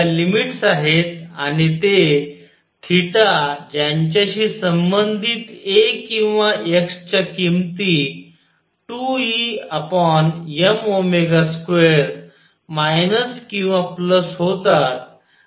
limits आहेत आणि ते ज्यांच्याशी संबधीत a किंवा x च्या किमती 2Em2 मायनस किंवा प्लस होतात